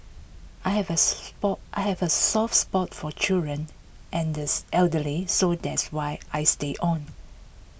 I have A spot I have A soft spot for children and these elderly so that's why I stayed on